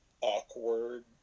awkward